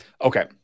Okay